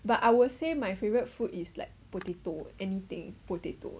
but I will say my favourite food is like potato anything potato